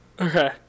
okay